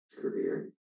career